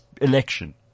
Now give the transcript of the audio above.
election